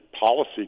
policy